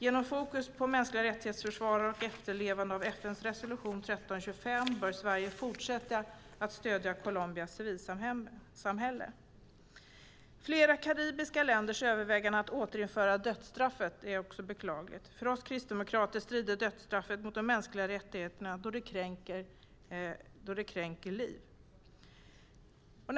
Genom fokus på försvarare av mänskliga rättigheter och efterlevande av FN:s resolution 1325 bör Sverige fortsätta stödja Colombias civilsamhälle. Flera karibiska länders övervägande att återinföra dödsstraffet är beklagligt. För oss kristdemokrater strider dödsstraffet mot de mänskliga rättigheterna, då det kränker rätten till liv.